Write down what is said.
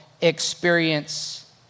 experience